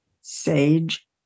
sage